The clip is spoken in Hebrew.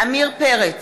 עמיר פרץ,